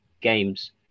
games